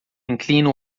inclina